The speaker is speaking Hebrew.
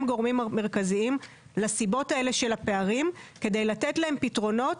הגורמים המרכזיים לסיבות האלה של הפערים כדי לתת להם פתרונות.